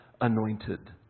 anointed